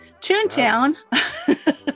Toontown